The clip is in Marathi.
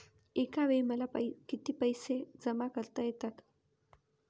एकावेळी मला किती पैसे जमा करता येतात?